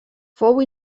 fou